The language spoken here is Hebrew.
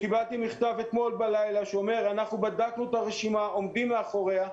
קיבלנו מכתב אתמול בלילה שהוא אומר שהם בדקו את הרשימה ועובדים מאחוריה.